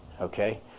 okay